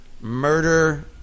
murder